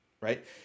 right